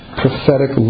prophetic